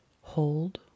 hold